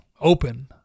open